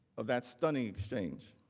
of that stunning exchange.